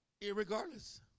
Irregardless